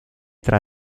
tra